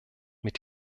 mit